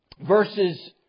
verses